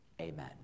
Amen